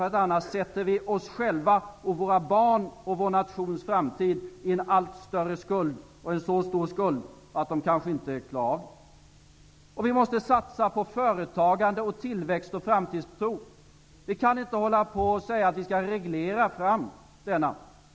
Annars sätter vi oss själva, våra barn och vår nations framtid i allt större skuld, kanske i en så stor skuld att vi inte klarar av det. Vi måste satsa på företagande, tillväxt och framtidstro. Vi kan inte hålla på att säga att vi skall reglera fram denna.